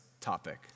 topic